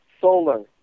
solar